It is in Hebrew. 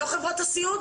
לא חברות הסיעוד